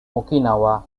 okinawa